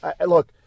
look